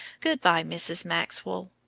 good-bye, mrs. maxwell.